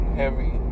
heavy